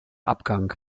abgang